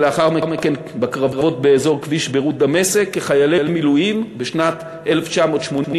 ולאחר מכן בקרבות באזור כביש ביירות דמשק כחיילי מילואים בשנת 1982,